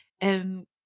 And-